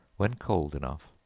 when cold enough,